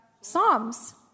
Psalms